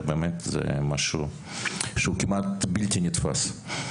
הוא משהו שהוא כמעט בלתי נתפס.